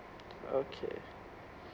okay